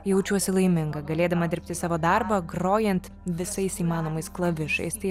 jaučiuosi laiminga galėdama dirbti savo darbą grojant visais įmanomais klavišais tai